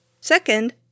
Second